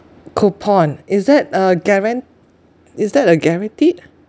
coupon is that uh guaran~ is that uh guaranteed